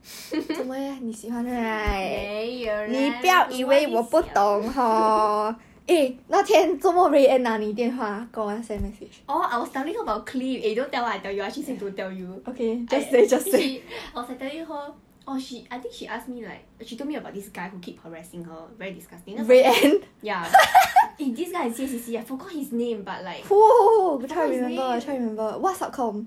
没有 lah 问一下 orh I was telling her about cliff eh don't tell her I tell you ah she say don't tell you I was like telling her orh she I think she ask me like she told me about this guy who keep harassing her very disgusting then I was like ya eh this guy in C_C_C I forgot his name but like I forgot his name